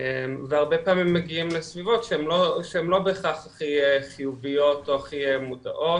והרבה פעמים הם מגיעים לסביבות שהן לא בהכרח הכי חיוביות או הכי מודעות,